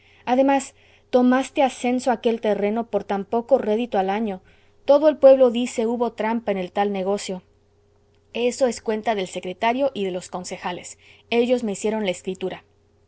además tomaste a censo aquel terreno por tan poco rédito al año todo el pueblo dice hubo trampa en el tal negocio eso es cuenta del secretario y de los concejales ellos me hicieron la escritura